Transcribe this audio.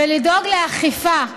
ולדאוג לאכיפה.